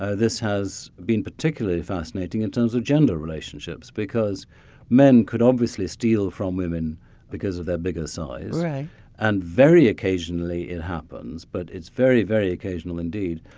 ah this has been particularly fascinating in terms of gender relationships, because men could obviously steal from women because of their bigger size. and very occasionally it happens, but it's very, very occasional indeed.